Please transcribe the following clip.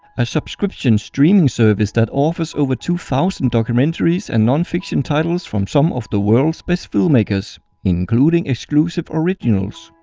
a subscription streaming service that offers over two thousand documentaries and nonfiction titles from some of the world's best filmmakers including exclusive originals.